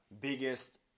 biggest